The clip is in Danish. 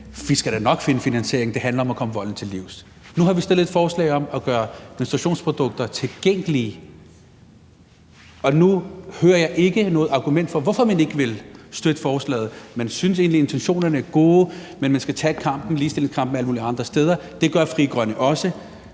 vi nok skulle finde finansiering, og at det handler om at komme volden til livs. Nu har vi fremsat et forslag om at gøre menstruationsprodukter tilgængelige, og nu hører jeg ikke noget argument for, hvorfor man ikke vil støtte forslaget. Man synes egentlig, at intentionerne er gode, men man skal tage ligestillingskampen alle mulige andre steder. Det gør Frie Grønne også.